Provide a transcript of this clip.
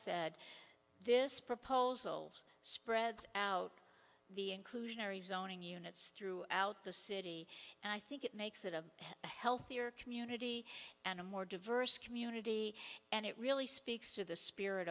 council this proposal spreads out the inclusionary zoning units throughout the city and i think it makes it a healthier community and a more diverse community and it really speaks to the spirit